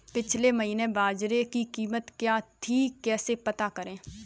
पिछले महीने बाजरे की कीमत क्या थी कैसे पता करें?